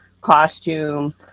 costume